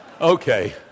Okay